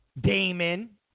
Damon